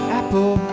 apple